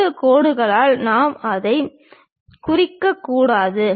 கோடு கோடுகளால் நாம் அதைக் குறிக்கக்கூடாது